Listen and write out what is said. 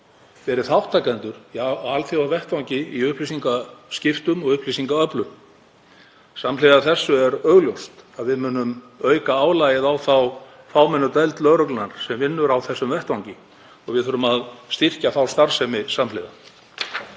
verið þátttakendur á alþjóðavettvangi í upplýsingaskiptum og upplýsingaöflun. Samhliða því er augljóst að við munum auka álagið á þá fámennu deild lögreglunnar sem vinnur á þessum vettvangi og við þurfum að styrkja þá starfsemi samhliða.